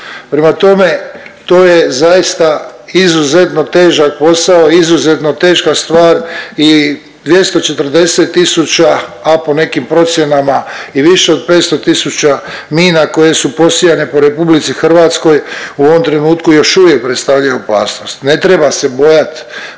Prema tome, to je zaista izuzetno težak posao i izuzetno teška stvar i 240 tisuća, a po nekim procjenama i više od 500 tisuća mina koje su posijane po RH u ovom trenutku još uvijek predstavljaju opasnost. Ne treba se bojat